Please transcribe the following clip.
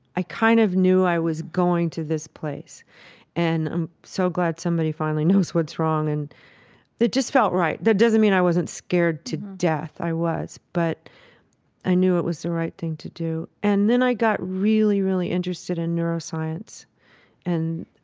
i kind of knew i was going to this place and i'm so glad somebody finally knows what's wrong and it just felt right. that doesn't mean i wasn't scared to death, i was, but i knew it was the right thing to do. and then i got really, really interested in neuroscience and,